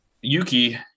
Yuki